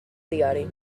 diari